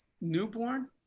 newborn